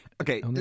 Okay